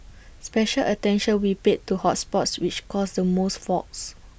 special attention will be paid to hot spots which cause the most faults